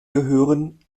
gehören